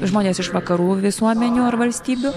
žmonės iš vakarų visuomenių ar valstybių